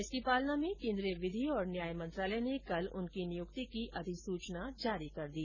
इसकी पालना में केन्द्रीय विधि और न्याय मंत्रालय ने कल उनकी नियुक्ति की अधिसूचना जारी कर दी